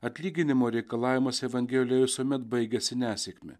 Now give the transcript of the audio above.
atlyginimo reikalavimas evangelijoje visuomet baigiasi nesėkme